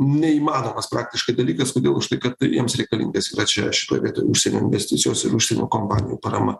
neįmanomas praktiškai dalykas kodėl už tai kad jiems reikalingas yra čia šitoj užsienio investicijos ir užsienio kompanijų parama